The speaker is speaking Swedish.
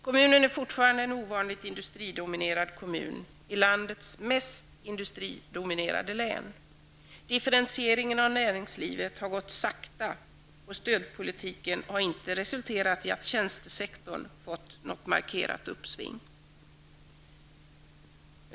Kommunen är fortfarande en ovanligt industridominerad kommun i landets mest industridominerade län. Differentieringen av näringslivet har gått sakta och stödpolitiken har inte resulterat i att tjänstesektorn fått något markerat uppsving.